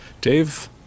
Dave